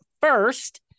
first